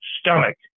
stomach